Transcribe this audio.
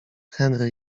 henry